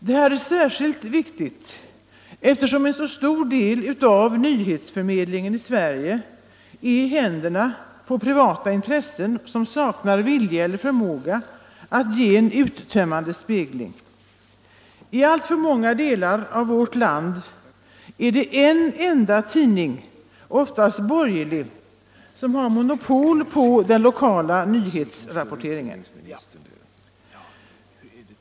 Detta är särskilt viktigt eftersom en så stor del av nyhetsförmedlingen i Sverige är i händerna på privata intressen som saknar vilja eller förmåga att ge en uttömmande spegling. I alltför många delar av vårt land är det en enda tidning, oftast borgerlig, som har monopol på den lokala nyhetsrapporteringen.